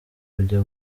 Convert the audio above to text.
kujya